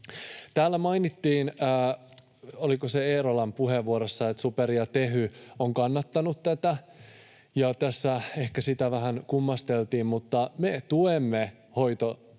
Täällä mainittiin, oliko se Eerolan puheenvuorossa, että SuPer ja Tehy ovat kannattaneet tätä, ja tässä ehkä sitä vähän kummasteltiin, mutta me tuemme hoitajajärjestöjen